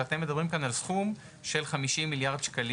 ואתם מדברים כאן על סכום של כ-50 מיליארד ₪.